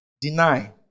Deny